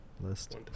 list